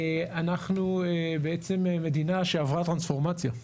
אנחנו בעצם מדינה שעברה טרנספורמציה.